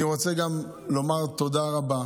אני רוצה גם לומר תודה רבה